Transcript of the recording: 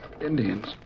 Indians